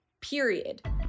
period